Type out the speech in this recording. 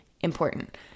important